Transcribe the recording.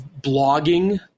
blogging